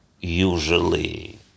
Usually